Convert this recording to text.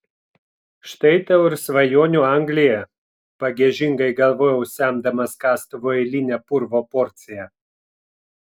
štai tau ir svajonių anglija pagiežingai galvojau semdamas kastuvu eilinę purvo porciją